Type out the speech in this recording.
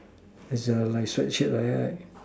it's a like shirt shirt like that right